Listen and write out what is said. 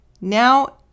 Now